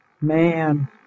Man